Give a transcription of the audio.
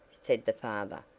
said the father,